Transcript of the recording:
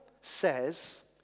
says